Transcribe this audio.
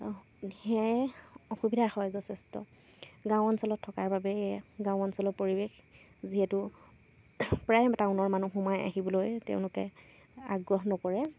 সেয়াই অসুবিধা হয় যথেষ্ট গাঁও অঞ্চলত থকাৰ বাবে এই গাঁও অঞ্চলৰ পৰিৱেশ যিহেতু প্ৰায় টাউনৰ মানুহো সোমাই আহিবলৈ তেওঁলোকে আগ্ৰহ নকৰে